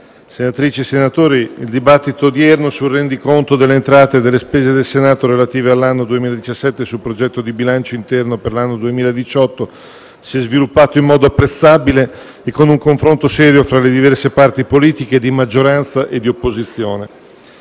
senatrici e senatori, il dibattito odierno sul rendiconto delle entrate e delle spese del Senato relative all'anno 2017 e sul progetto di bilancio interno per l'anno 2018 si è sviluppato in modo apprezzabile e con un confronto serio fra le diverse parti politiche di maggioranza e opposizione.